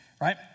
right